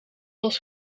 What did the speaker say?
los